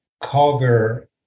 cover